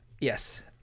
Yes